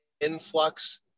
influx